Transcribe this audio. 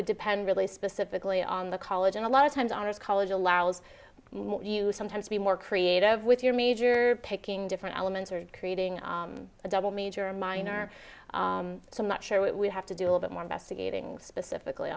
would depend really specifically on the college and a lot of times honors college allows you sometimes to be more creative with your major picking different elements or creating a double major or minor so i'm not sure what we have to do a bit more investigating specifically